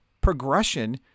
progression